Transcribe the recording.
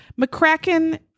mccracken